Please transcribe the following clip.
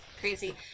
Crazy